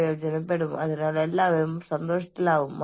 അത് ഇവിടെ ഇരിക്കുന്നു അതായത് ആ ഭാരം നിങ്ങളുടെ തോളിൽ ആവുന്നു